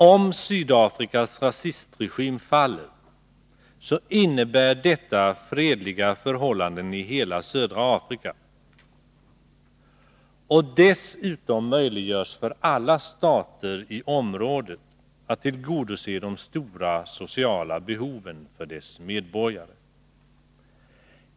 Om Sydafrikas rasistregim faller, innebär detta fredliga förhållanden i hela södra Afrika och dessutom möjliggörs för alla stater i området att tillgodose de stora sociala behoven för sina medborgare.